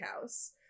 House